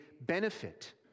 benefit